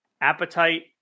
appetite